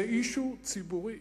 זה issue ציבורי,